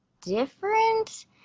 different